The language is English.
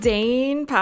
Dane